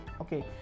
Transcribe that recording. okay